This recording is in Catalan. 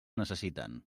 necessiten